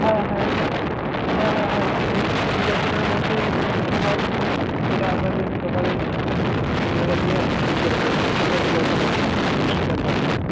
হ্যাঁ হ্যাঁ হ্যাঁ হ্যাঁ হ্যাঁ হ্যাঁ দুবছরের মধ্যে যদি কোনো কিছু হয় সেটা আমাদের দোকানের ছেলেরা যেয়ে ঠিক করে দিয়ে আসবে কোনো পয়সা লাগবে না এক্সট্রা চার্জ লাগবে না